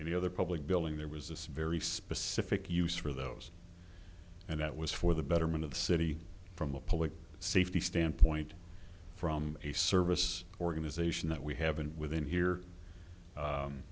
and the other public building there was this very specific use for those and that was for the betterment of the city from the public safety standpoint from a service organization that we haven't within here